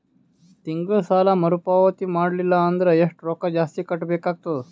ತಿಂಗಳ ಸಾಲಾ ಮರು ಪಾವತಿ ಮಾಡಲಿಲ್ಲ ಅಂದರ ಎಷ್ಟ ರೊಕ್ಕ ಜಾಸ್ತಿ ಕಟ್ಟಬೇಕಾಗತದ?